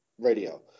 radio